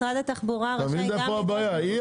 משרד התחבורה רשאי גם לדרוש נתונים.